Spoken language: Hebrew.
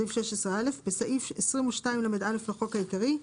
סעיף16א.בסעיף 22לא לחוק העיקרי,